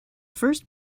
first